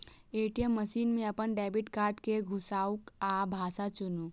ATM machine मे अपन debit card कें घुसाउ आ भाषा चुनू